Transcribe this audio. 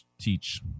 teach